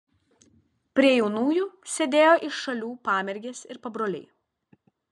prie jaunųjų sėdėjo iš šalių pamergės ir pabroliai